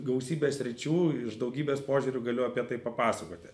gausybės sričių iš daugybės požiūrių galiu apie tai papasakoti